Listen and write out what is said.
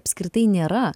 apskritai nėra